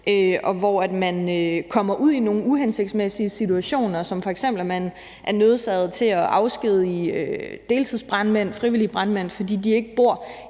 og hvor man kommer ud i nogle uhensigtsmæssige situationer, som f.eks. at man er nødsaget til at afskedige deltidsbrandmænd og frivillige brandmænd, fordi de ikke bor